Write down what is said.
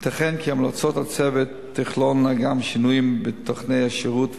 ייתכן כי המלצות הצוות תכלולנה גם שינויים בתוכני השירות,